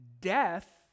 death